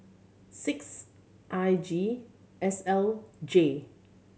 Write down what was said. six I G S L J